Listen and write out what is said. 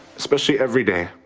especially every day.